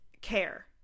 care